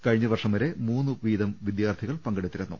കഴിഞ്ഞ വർഷം വരെ മൂന്നു വീതം വിദ്യാർത്ഥികൾ പങ്കെടുത്തിരുന്നു